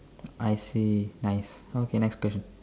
I see nice okay next question